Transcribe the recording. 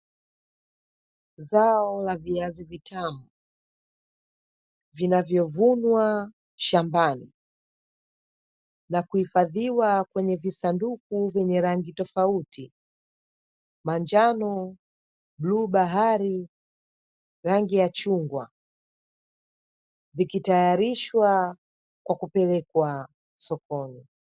Zao la viazi vitamu, vinavyovunwa shambani, na kuhifadhiwa kwenye visanduku vyenye rangi tofauti, manjano, bluu bahari, rangi ya chungwa, vikitayarishwa kwa kupelekwa sokoni.